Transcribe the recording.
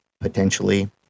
Potentially